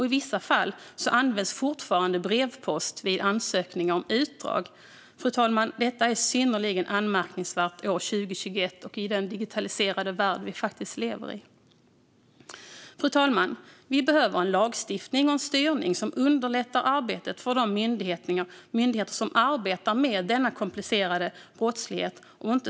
I vissa fall används fortfarande brevpost vid ansökningar om utdrag. Detta är, fru talman, synnerligen anmärkningsvärt år 2021 och i den digitaliserade värld vi lever i. Fru talman! Vi behöver en lagstiftning och en styrning som underlättar arbetet för de myndigheter som arbetar med denna komplicerade brottslighet, inte tvärtom.